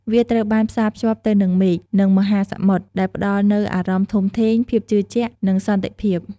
វាត្រូវបានផ្សារភ្ជាប់ទៅនឹងមេឃ និងមហាសមុទ្រ ដែលផ្តល់នូវអារម្មណ៍ធំធេង ភាពជឿជាក់ និងសន្តិសុខ។